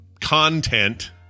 content